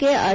K R